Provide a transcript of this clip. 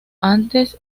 antes